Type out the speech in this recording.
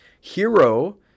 Hero